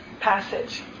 passage